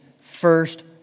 first